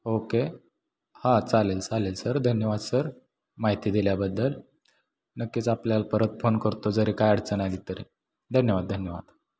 okay हां चालेल चालेल सर धन्यवाद सर माहिती दिल्याबद्दल नक्कीच आपल्याला परत फोन करतो जरी काय अडचण आली तर धन्यवाद धन्यवाद